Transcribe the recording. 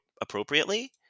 appropriately